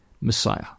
Messiah